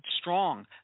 strong